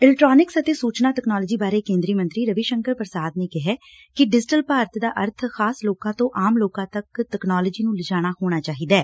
electronics ਅਤੇ ਸੁਚਨਾ technology ਬਾਰੇ ਕੇਂਦਰੀ ਮੰਤਰੀ ਰਵੀ ਸ਼ੰਕਰ ਪੁਸ਼ਾਦ ਨੇ ਕਿਹੈ ਕਿ ਡਿਜੀਟਲ ਭਾਰਤ ਦਾ ਅਰਬ ਖ਼ਾਸ ਲੋਕਾਂ ਤੋਂ ਆਮ ਲੋਕਾਂ ਤੱਕ ਤਕਨਾਲੋਜੀ ਨੂੰ ਲਿਜਾਣਾ ਹੋਣਾ ਚਾਹੀਦੈ